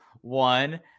one